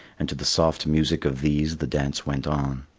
and to the soft music of these the dance went on.